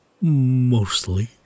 mostly